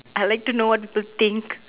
I would like to know what people think